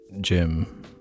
Jim